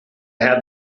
had